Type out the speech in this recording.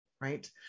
right